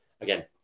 again